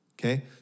Okay